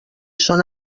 són